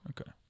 Okay